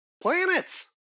planets